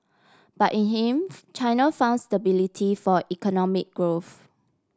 but in him China founds stability for economic growth